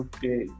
Okay